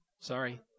Sorry